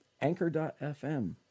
anchor.fm